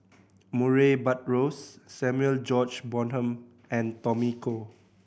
Murray Buttrose Samuel George Bonham and Tommy Koh